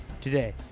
Today